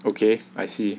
okay I see